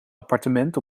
appartement